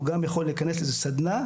הוא גם יכול להיכנס לסדנא,